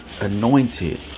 anointed